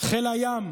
חיל הים,